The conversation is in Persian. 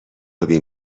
آبی